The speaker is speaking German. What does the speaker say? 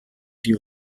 die